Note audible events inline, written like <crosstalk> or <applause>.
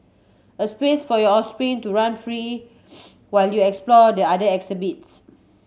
a space for your offspring to run free <noise> while you explore the other exhibits